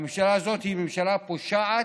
הממשלה הזו היא ממשלה פושעת,